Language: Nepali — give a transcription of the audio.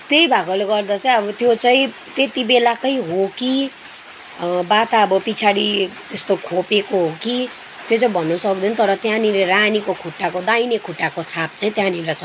त्यही भएकोले गर्दा चाहिँ अब त्यो चाहिँ त्यति बेलाकै हो कि वा त पछाडि त्यस्तो खोपेको हो कि त्यो चाहिँ भन्नु सक्दैन तर त्यहाँनिर रानीको खुट्टाको दाइने खुट्टाको छाप चाहिँ त्यहाँनिर छ